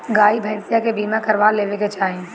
गाई भईसा के बीमा करवा लेवे के चाही